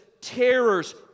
terrors